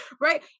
Right